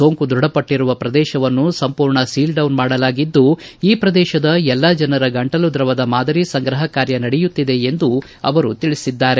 ಸೋಂಕು ದೃಢಪಟ್ಟರುವ ಪ್ರದೇಶವನ್ನು ಸಂಪೂರ್ಣ ಸೀಲ್ ಡೌನ್ ಮಾಡಲಾಗಿದ್ದು ಈ ಪ್ರದೇಶದ ಎಲ್ಲ ಜನರ ಗಂಟಲು ದ್ರವದ ಮಾದರಿ ಸಂಗ್ರಹ ಕಾರ್ಯ ನಡೆಯುತ್ತಿದೆ ಎಂದು ಅವರು ತಿಳಿಸಿದ್ದಾರೆ